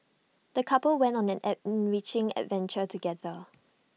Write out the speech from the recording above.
the couple went on an enriching adventure together